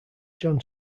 john